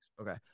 Okay